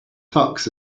tux